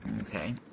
Okay